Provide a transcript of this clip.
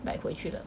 like 回去了